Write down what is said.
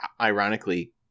ironically